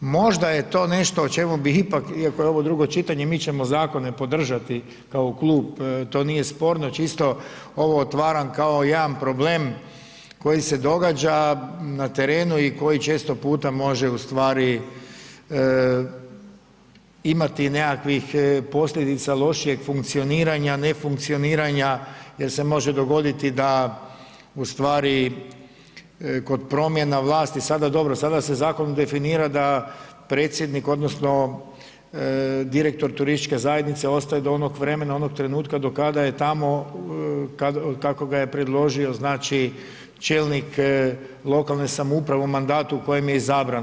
Možda je to nešto o čemu bih ipak, iako je ovo drugo čitanje, mi ćemo zakone podržati kao klub, to nije sporno, čisto ovo otvaram kao jedan problem koji se događa na terenu i koji često puta može ustvari imati nekakvih posljedica lošijeg funkcioniranja, ne funkcioniranja jer se može dogoditi da ustvari kod promjena vlasti, dobro sada se zakonom definira da predsjednik odnosno direktor turističke zajednice ostaje do onog vremena onog trenutka do kada je tamo, kako ga je predložio znači čelnik lokalne samouprave u mandatu u kojem je izabra.